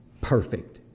perfect